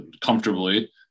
comfortably